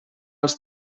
els